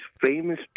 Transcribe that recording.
famous